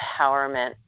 empowerment